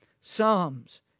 Psalms